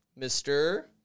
Mr